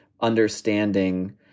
understanding